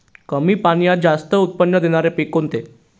कमी पाण्यात जास्त उत्त्पन्न देणारे पीक कोणते?